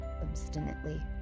obstinately